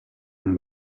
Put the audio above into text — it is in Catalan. amb